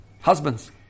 Husbands